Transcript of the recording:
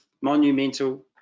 monumental